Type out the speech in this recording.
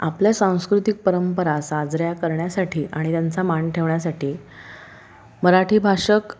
आपल्या सांस्कृतिक परंपरा साजऱ्या करण्यासाठी आणि त्यांचा मान ठेवण्यासाठी मराठी भाषक